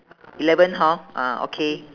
eleven hor ah okay